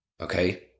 okay